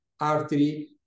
artery